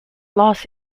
lost